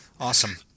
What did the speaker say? Awesome